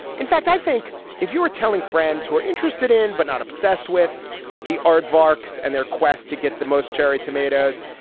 in fact, i think if you were telling friends who are interested in but not obsessed with the aardvarks and their quest to get the most cherry tomatoes,